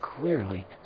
clearly